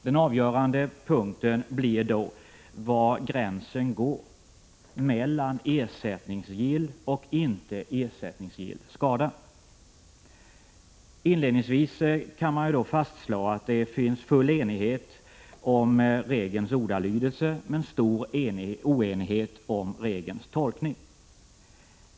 Den avgörande punkten blir då var gränsen går mellan ersättningsgill och inte ersättningsgill skada. 181 Inledningsvis kan man fastslå att full enighet föreligger om regelns ordalydelse men stor oenighet om regelns tolkning.